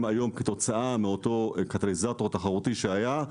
היום כתוצאה מאותו קטליזטור תחרותי שהיה,